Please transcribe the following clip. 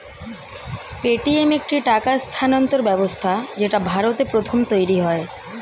Paytm একটি টাকা স্থানান্তর ব্যবস্থা যেটা ভারতে প্রথম তৈরী হয়